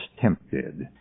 tempted